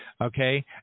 Okay